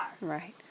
Right